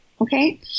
Okay